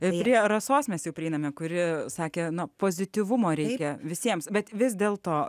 ir rasos mes prieiname kuri sakė ana pozityvumo reikia visiems bet vis dėl to